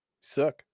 Suck